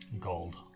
Gold